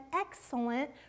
excellent